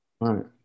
right